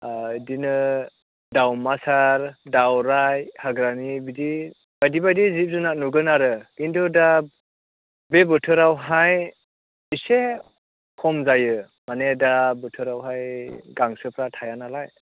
बिदिनो दावमासार दावराय हाग्रानि बिदि बायदि बायदि जिब जुनार नुगोन आरो खिन्थु दा बे बोथोरावहाय एसे खम जायो माने दा बोथोरावहाय गांसोफ्रा थाया नालाय